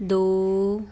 ਦੋ